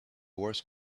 worse